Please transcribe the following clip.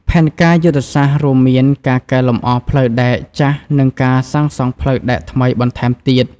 ផែនការយុទ្ធសាស្ត្ររួមមានការកែលម្អផ្លូវដែកចាស់និងការសាងសង់ផ្លូវដែកថ្មីបន្ថែមទៀត។